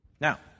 Now